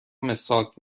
مسواک